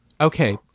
Okay